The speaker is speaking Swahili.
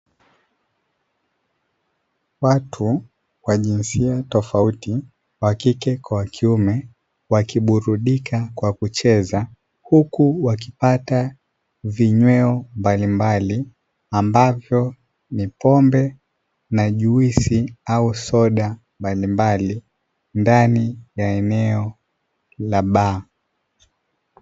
Watu wa jinsia tofauti wa kike kwa kiume wakiburudika kwa kucheza, huku wakipata vinyweo mbalimbali ambavyo ni pombe na juisi au soda mbalimbali ndani ya eneo la baa.